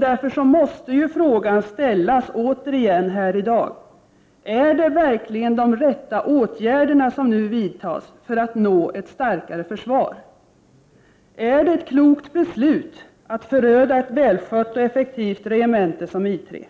Därför måste frågan ställas återigen här i dag: Är det verkligen de rätta åtgärderna som nu vidtas för att nå ett starkare försvar? Är det ett klokt beslut att föröda ett välskött och effektivt regemente som I 3?